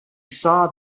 saw